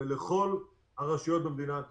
ולכל הרשויות במדינת ישראל: